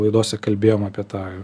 laidose kalbėjom apie tai